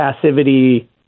passivity